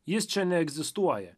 jis čia neegzistuoja